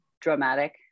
dramatic